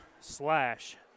slash